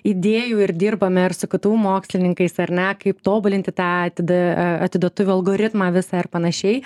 idėjų ir dirbame ir su ktu mokslininkais ar ne kaip tobulinti tą atida atiduotuvių algoritmą visą panašiai